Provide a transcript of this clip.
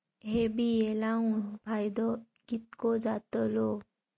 हे बिये लाऊन फायदो कितको जातलो?